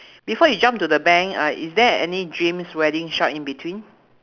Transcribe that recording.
before you jump to the bank uh is there any dreams wedding shop in between